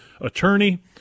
attorney